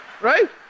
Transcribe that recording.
right